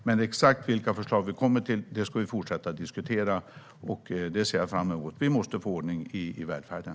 Men exakt vilka förslag vi kommer fram till ska vi fortsätta diskutera, och det ser jag fram emot. Vi måste få ordning i välfärden!